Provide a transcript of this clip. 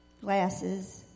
glasses